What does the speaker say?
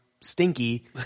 stinky